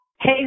Hey